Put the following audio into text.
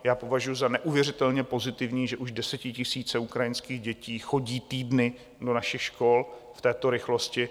Já považuji za neuvěřitelně pozitivní, že už desetitisíce ukrajinských dětí chodí týdny do našich škol, v této rychlosti.